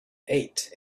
ate